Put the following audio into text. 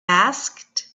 asked